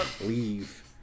Leave